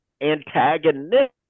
antagonistic